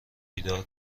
بیدار